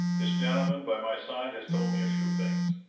this gentleman by my side has told me a few things.